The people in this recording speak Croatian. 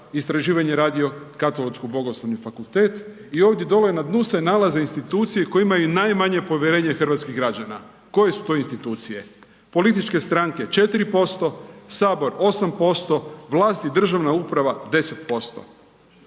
istraživanje Radio Katoličko-bogoslovni fakultet i ovdje dole na dnu se nalaze institucije koje imaju najmanje povjerenje hrvatskih građana. Koje su to institucije? Političke stranke 4%, sabor 8%, vlast i državna uprava 10%.